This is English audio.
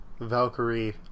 Valkyrie